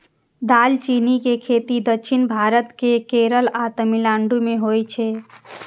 दालचीनी के खेती दक्षिण भारत केर केरल आ तमिलनाडु मे होइ छै